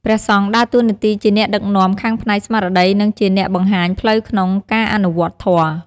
ក្នុងនាមជាអ្នកដឹកនាំដ៏ខ្ពង់ខ្ពស់ ព្រះអង្គមានតួនាទីសំខាន់ៗជាច្រើនក្នុងការទទួលបដិសណ្ឋារកិច្ចភ្ញៀវ។